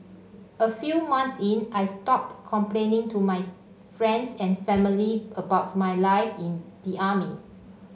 a few months in I stopped complaining to my friends and family about my life in the army